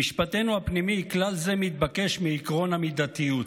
במשפטנו הפנימי כלל זה מתבקש מעקרון המידתיות.